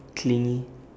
clingy